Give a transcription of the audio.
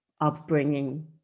upbringing